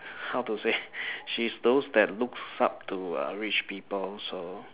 how to say she's those that looks up to uh rich people so